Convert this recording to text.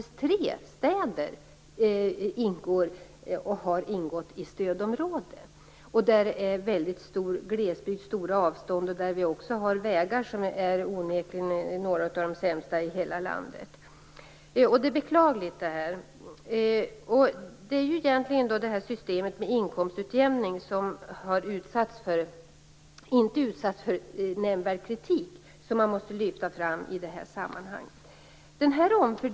Tre städer ingår och har ingått i stödområden. Det finns en väldigt stor glesbygd och stora avstånd. Det här är beklagligt. Det är egentligen det här systemet med inkomstutjämning, som inte har utsatts för nämnvärd kritik, som man måste lyfta fram i det här sammanhanget.